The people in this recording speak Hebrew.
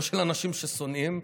לא של אנשים ששונאים,